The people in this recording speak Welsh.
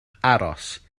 aros